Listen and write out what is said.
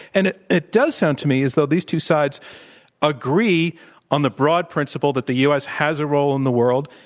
and it it does sound to me as though these two sides agree on the broad principle that the u. s. has a role in the world,